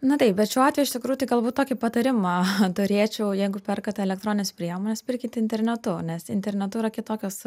na taip bet šiuo atveju iš tikrųjų tai galbūt tokį patarimą turėčiau jeigu perkat elektronines priemones pirkit internetu nes internetu yra kitokios